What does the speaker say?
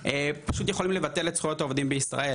פשוט יכולים לבטל את זכויות העובדים בישראל,